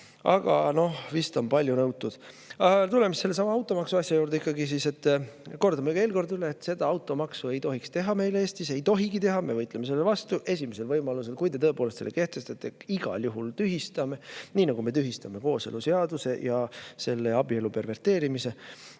Aga noh, vist on palju nõutud. Tuleme sellesama automaksuasja juurde. Kordan veel kord üle: seda automaksu ei tohiks meil Eestis teha, ei tohigi teha. Me võitleme selle vastu [igal] võimalusel. Kui te tõepoolest selle kehtestate, siis me igal juhul tühistame, nii nagu me tühistame kooseluseaduse ja abielu perverteerimise.